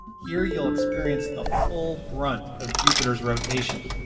here, you'll experience the full brunt of jupiter's rotation.